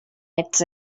its